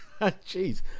Jeez